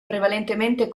prevalentemente